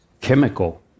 chemical